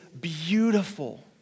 beautiful